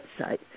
website